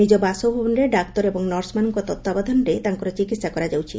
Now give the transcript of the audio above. ନିଜ ବାସଭବନରେ ଡାକ୍ତର ଏବଂ ନର୍ସମାନଙ୍କ ତତ୍ତ୍ୱାବଧାନରେ ତାଙ୍କର ଚିକିତ୍ସା କରାଯାଉଛି